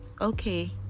okay